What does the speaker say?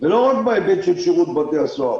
ולא רק בהיבט של שירות בתי הסוהר,